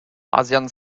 asian